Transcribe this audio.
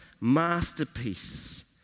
masterpiece